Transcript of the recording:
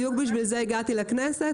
בדיוק בשביל זה הגעתי לכנסת,